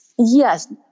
Yes